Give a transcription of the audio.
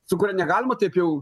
su kur negalima taip jau